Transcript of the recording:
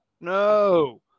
no